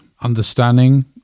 understanding